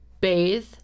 bathe